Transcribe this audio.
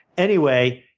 anyway,